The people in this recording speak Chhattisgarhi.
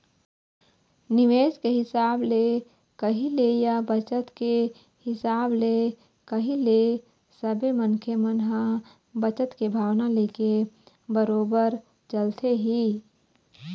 निवेश के हिसाब ले कही ले या बचत के हिसाब ले कही ले सबे मनखे मन ह बचत के भावना लेके बरोबर चलथे ही